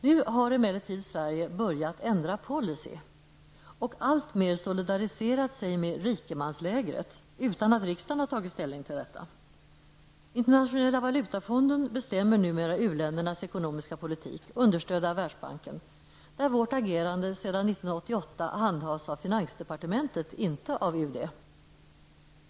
Nu har emellertid Sverige börjat ändra policy och alltmer solidariserat sig med rikemanslägret, utan att riksdagen tagit ställning till detta. Internationella valutafonden bestämmer numera uländernas ekonomiska politik, understödd av Världsbanken. Där handhas vårt agerande sedan 1988 av finansdepartementet, inte av UD.